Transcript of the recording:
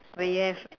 we have